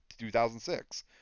2006